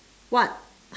what